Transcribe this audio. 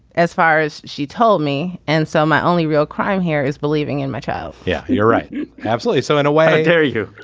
as far as she told me and so my only real crime here is believing in my child yeah you're right. absolutely. so in a way i dare you.